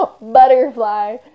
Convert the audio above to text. butterfly